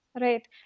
right